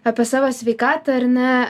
apie savo sveikatą ar ne